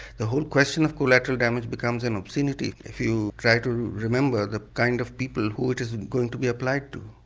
the whole question of collateral damage becomes an obscenity if you try to remember the kind of people who it is going to be applied to.